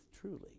truly